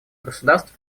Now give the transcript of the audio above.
государств